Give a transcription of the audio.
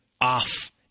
off